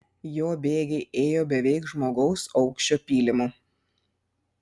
jo bėgiai ėjo beveik žmogaus aukščio pylimu